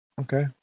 Okay